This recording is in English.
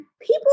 people